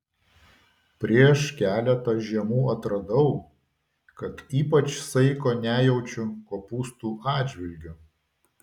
prieš keletą žiemų atradau kad ypač saiko nejaučiu kopūstų atžvilgiu